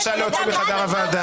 בבקשה להוציא מחדר הוועדה.